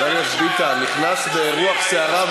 חבר הכנסת ביטן נכנס ברוח סערה,